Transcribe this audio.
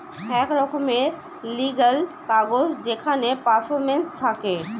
এক রকমের লিগ্যাল কাগজ যেখানে পারফরম্যান্স থাকে